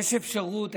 יש אפשרות.